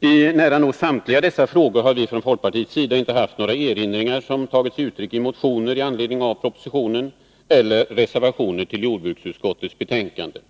I nära nog samtliga dessa frågor har vi från folkpartiets sida inte haft några erinringar, som tagit sig uttryck i motioner i anslutning till propositionen eller reservationer till jordbruksutskottets betänkande.